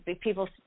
people